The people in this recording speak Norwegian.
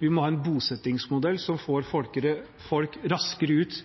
vi må ha en bosettingsmodell som får folk raskere ut